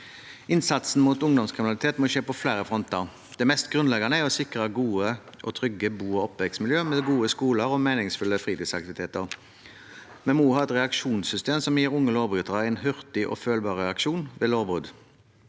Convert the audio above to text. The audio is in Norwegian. Innsatsen mot ungdomskriminalitet må skje på flere fronter. Det mest grunnleggende er å sikre gode og trygge bo- og oppvekstmiljø med gode skoler og meningsfulle fritidsaktiviteter. Vi må ha et reaksjonssystem som gir unge lovbrytere en hurtig og følbar reaksjon ved lovbrudd.